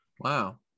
Wow